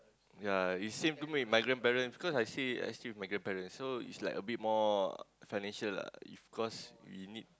ya it's same to me my grandparents cause I stay I stay with my grandparents so it's like a bit more financial lah if cause we need